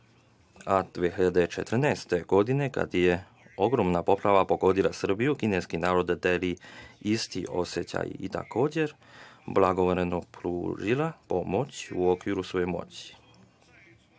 2014. kada je ogromna poplava pogodila Srbiju kineski narod deli isti osećaj i takođe je blagovremeno pružila pomoć u okviru svoje moći.